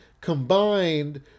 Combined